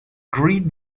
great